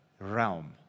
realm